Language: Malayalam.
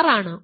R ആണ്